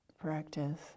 practice